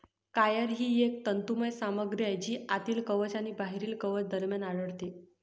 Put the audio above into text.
coir ही एक तंतुमय सामग्री आहे जी आतील कवच आणि बाहेरील कवच दरम्यान आढळते